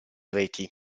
reti